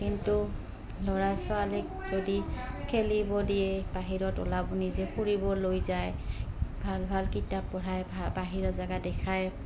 কিন্তু ল'ৰা ছোৱালীক যদি খেলিব দিয়ে বাহিৰত ওলাব নিজে ফুৰিব লৈ যায় ভাল ভাল কিতাপ পঢ়াই বাহিৰৰ জেগা দেখাই